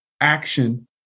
action